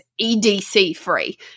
EDC-free